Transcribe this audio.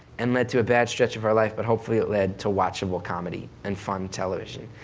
and led to a bad stretch of our life, but hopefully it led to watchable comedy, and fun television.